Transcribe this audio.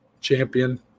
champion